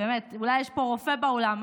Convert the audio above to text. אולי יש פה רופא באולם,